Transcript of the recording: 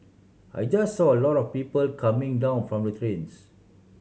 I just saw a lot of people coming down from the trains